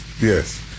yes